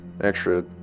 extra